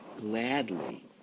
gladly